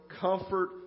comfort